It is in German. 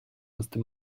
musste